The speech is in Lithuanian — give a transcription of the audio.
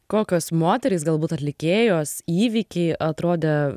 kokios moterys galbūt atlikėjos įvykiai atrodė